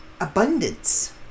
abundance